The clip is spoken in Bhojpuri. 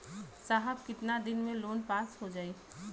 साहब कितना दिन में लोन पास हो जाई?